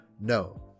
No